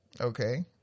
Okay